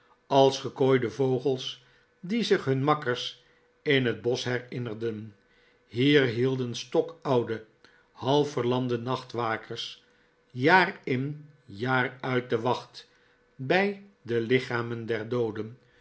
als gekooide vdgels die zich hun makkers in het bosch herinneren hier hielden stokoude half verlamde nachtwakers jaar in jaar uit de wacht bij de lichamen der dooden